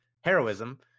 Heroism